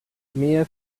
mia